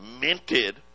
minted